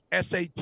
SAT